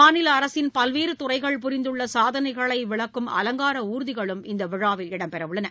மாநில அரசின் பல்வேறு துறைகள் புரிந்துள்ள சாதனைகளை விளக்கும் அவங்கால ஊர்திகளும் இந்த விழாவில் இடம்பெறவுள்ளன